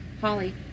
Holly